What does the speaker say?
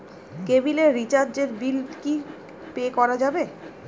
কেবিলের রিচার্জের বিল কি পে করা যাবে?